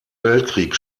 weltkrieg